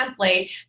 template